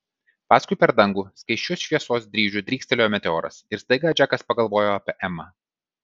paskui per dangų skaisčiu šviesos dryžiu drykstelėjo meteoras ir staiga džekas pagalvojo apie emą